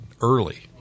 early